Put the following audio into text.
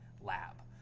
lab